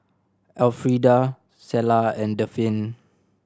Elfrieda Clella and Daphne